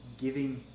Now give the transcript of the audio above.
giving